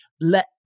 let